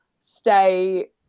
stay